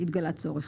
התגלה צורך.